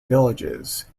villages